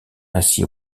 ainsi